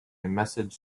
message